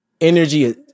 energy